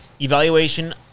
evaluation